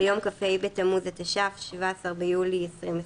ביום כ"ה בתמוז התש"ף (17 ביולי 2020),